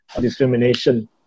Discrimination